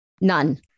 None